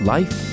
Life